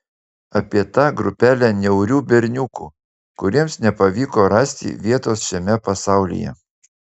apie tą grupelę niaurių berniukų kuriems nepavyko rasti vietos šiame pasaulyje